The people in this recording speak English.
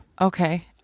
Okay